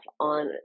on